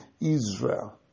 Israel